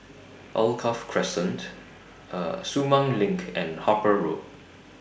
Alkaff Crescent Sumang LINK and Harper Road